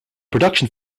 production